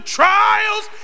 trials